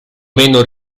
meno